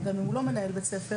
גם אם הוא לא מנהל בית ספר,